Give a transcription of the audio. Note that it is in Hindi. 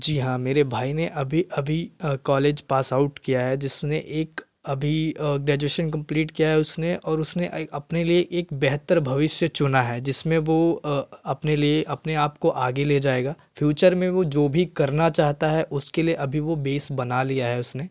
जी हाँ मेरे भाई ने अभी अभी कॉलेज पासआउट किया है जिसमें एक अभी ग्रेजुएशन कंप्लीट किया है उसने और उसने अपने लिए एक बेहतर भविष्य चुना है जिसमें वह अपने लिए अपने आप को आगे ले जाएगा फ्यूचर में वह जो भी करना चाहता है उसके लिए अभी वह बेस बना लिया है उसने